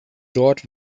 dort